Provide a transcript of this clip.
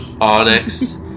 Onyx